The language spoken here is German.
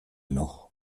noch